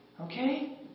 okay